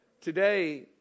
today